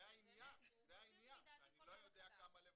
זה העניין, שאני לא יודע כמה לבקש.